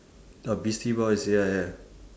oh beastie boys ya ya